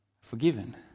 forgiven